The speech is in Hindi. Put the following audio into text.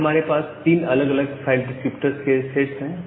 यह हमारे पास तीन अलग अलग फाइल डिस्क्रिप्टर्स के सैट् हैं